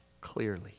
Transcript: clearly